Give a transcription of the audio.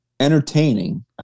entertaining